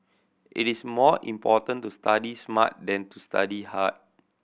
it is more important to study smart than to study hard